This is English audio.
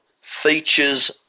features